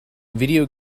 video